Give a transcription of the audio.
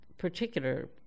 particular